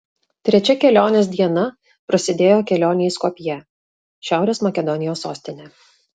trečia kelionės diena prasidėjo kelione į skopję šiaurės makedonijos sostinę